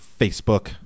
Facebook